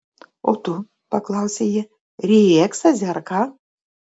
o tu paklausė ji ryji ekstazį ar ką